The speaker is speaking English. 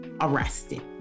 arrested